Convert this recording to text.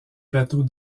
plateau